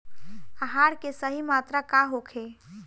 आहार के सही मात्रा का होखे?